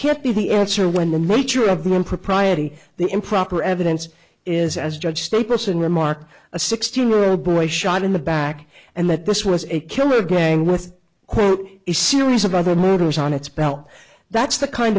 can't be the answer when the nature of the impropriety the improper evidence is as a judge state person remark a sixteen year old boy shot in the back and that this was a killer gang with a series of other murders on its belt that's the kind